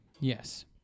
yes